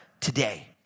today